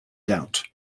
doubt